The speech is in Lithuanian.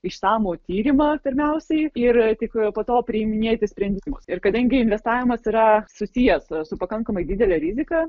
išsamų tyrimą pirmiausiai ir tik po to priiminėti sprendimus ir kadangi investavimas yra susijęs su pakankamai didele rizika